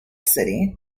city